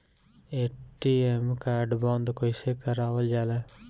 ATM card बन्द कईसे करावल जाला?